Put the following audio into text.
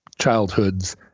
childhoods